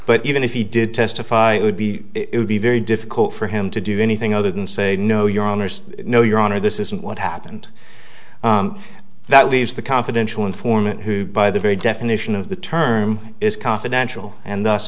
but even if he did testify would be it would be very difficult for him to do anything other than say no your honor say no your honor this isn't what happened that leaves the confidential informant who by the very definition of the term is confidential and